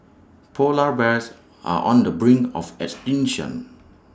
Polar Bears are on the brink of extinction